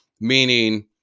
meaning